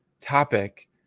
topic